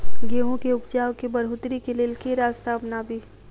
गेंहूँ केँ उपजाउ केँ बढ़ोतरी केँ लेल केँ रास्ता अपनाबी?